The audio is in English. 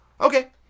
Okay